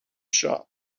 shop